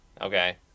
Okay